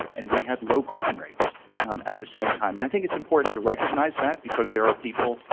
and we had low crime rates at the same time. and i think it's important to recognize that, because there are people,